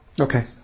Okay